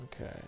Okay